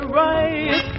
right